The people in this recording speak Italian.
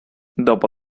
dopo